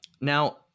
Now